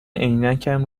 عینکم